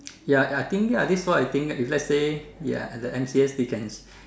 ya I think ya ya that's what I think if let's say ya at the M_C_S they can